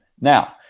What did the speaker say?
Now